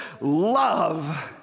love